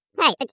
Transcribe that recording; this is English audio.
Hey